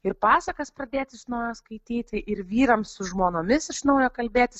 ir pasakas pradėti iš naujo skaityti ir vyrams su žmonomis iš naujo kalbėtis